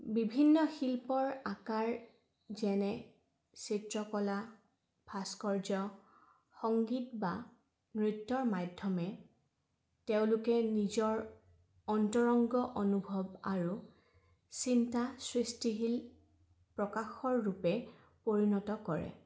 বিভিন্ন শিল্পৰ আকাৰ যেনে চিত্ৰকলা ভাস্কৰ্য্য সংগীত বা নৃত্যৰ মাধ্যমে তেওঁলোকে নিজৰ অন্তৰংগ অনুভৱ আৰু চিন্তা সৃষ্টিশীল প্ৰকাশৰ ৰূপে পৰিণত কৰে